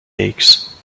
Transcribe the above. aches